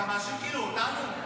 אתה מאשים אותנו?